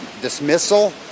dismissal